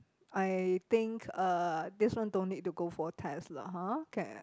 I think uh this one don't need to go for test lah ha